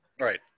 Right